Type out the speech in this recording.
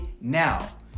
now